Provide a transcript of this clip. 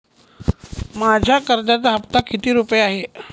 माझ्या कर्जाचा हफ्ता किती रुपये आहे?